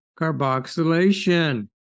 carboxylation